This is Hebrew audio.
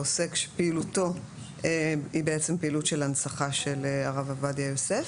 שפעילותו היא בעצם פעילות של הנצחה של הרב עובדיה יוסף,